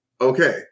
okay